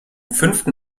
fünften